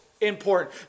important